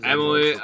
Emily